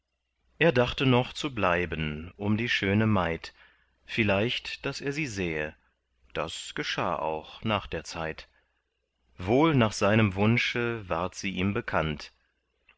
er dachte noch zu bleiben um die schöne maid vielleicht daß er sie sähe das geschah auch nach der zeit wohl nach seinem wunsche ward sie ihm bekannt